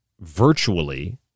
virtually